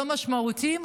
הלא-משמעותיים,